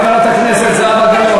חברת הכנסת גלאון,